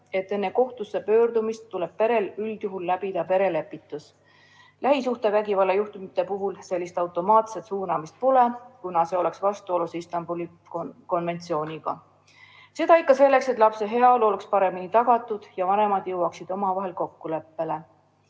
et enne kohtusse pöördumist tuleb perel üldjuhul läbida perelepitus. Lähisuhtevägivalla juhtumite puhul sellist automaatset suunamist pole, kuna see oleks vastuolus Istanbuli konventsiooniga. Seda ikka selleks, et lapse heaolu oleks paremini tagatud ja vanemad jõuaksid omavahel kokkuleppele.